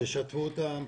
תשתפו אותם,